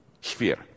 sphere